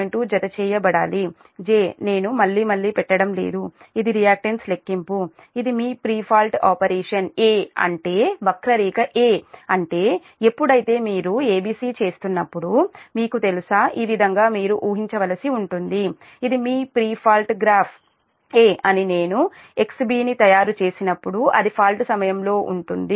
2 జతచేయబడాలి j నేను మళ్లీ మళ్లీ పెట్టడం లేదు ఇది రియాక్టన్స్ లెక్కింపు ఇది మీ ప్రీ ఫాల్ట్ ఆపరేషన్ A అంటే వక్రరేఖ A అంటే ఎప్పుడైతే మీరు ABC చేస్తున్నప్పుడు మీకు తెలుసా ఈ విధంగా మీరు ఊహించ వలసి ఉంటుంది ఇది ప్రీ ఫాల్ట్ గ్రాఫ్ A అని నేను XB ని తయారు చేసినప్పుడు అది ఫాల్ట్ సమయంలో ఉంటుంది